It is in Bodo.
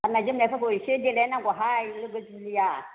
गाननाय जोमनायफोरखौ एसे देलायनांगौहाय लोगो जुलिया